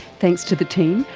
thanks to the team,